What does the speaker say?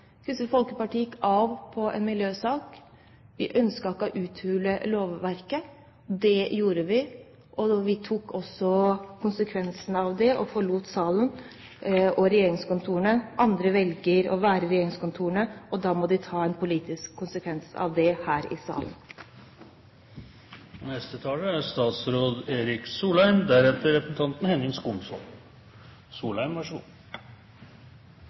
Kristelig Folkeparti gikk av på en miljøsak, vi ønsket ikke å uthule lovverket. Vi tok også konsekvensen av det og forlot regjeringskontorene. Andre velger å være i regjeringskontorene, og da må de ta en politisk konsekvens av det her i salen. Jeg beklager litt at jeg forlenger det som ellers er